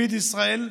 FeedIsrael,